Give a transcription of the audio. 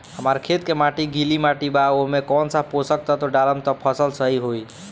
हमार खेत के माटी गीली मिट्टी बा ओमे कौन सा पोशक तत्व डालम त फसल सही होई?